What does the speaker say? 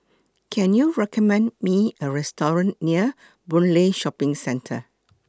Can YOU recommend Me A Restaurant near Boon Lay Shopping Centre